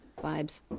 vibes